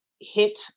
hit